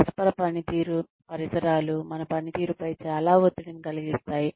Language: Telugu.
పరస్పర పనితీరు పరిసరాలు మన పనితీరుపై చాలా ఒత్తిడిని కలిగిస్తాయి